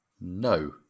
No